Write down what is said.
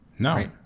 No